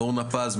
אורנה פז,